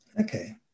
okay